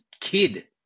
kid